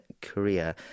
Korea